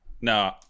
No